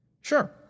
Sure